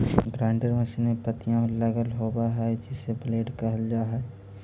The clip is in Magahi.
ग्राइण्डर मशीन में पत्तियाँ लगल होव हई जिसे ब्लेड कहल जा हई